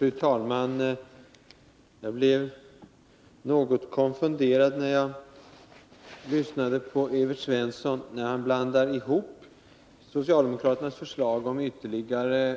Fru talman! Jag blev något konfunderad när jag lyssnade på Evert Svensson och fann att han blandar ihop socialdemokraternas förslag om ytterligare